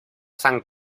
san